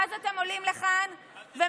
ואז אתם עולים לכאן ומשקרים,